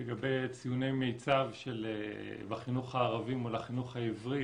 לגבי ציוני מיצ"ב בחינוך הערבי מול החינוך העברי